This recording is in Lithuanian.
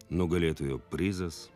nugalėtojo prizas